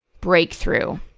breakthrough